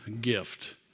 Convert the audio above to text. gift